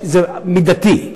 זה מידתי.